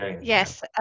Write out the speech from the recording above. Yes